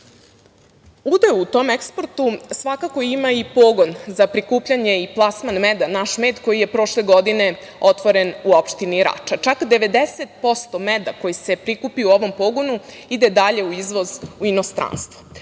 u tom eksportu svakako ima i pogon za prikupljanje i plasman meda. Naš med koji je prošle godine otvoren u opštini Rača. Čak 90% meda koji se prikupi u ovom pogonu ide dalje u izvoz u inostranstvo,